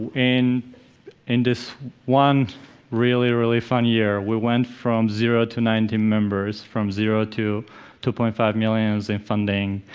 in in this one really, really fun year, we went from zero to nine team members, from zero to two point five millions in funding,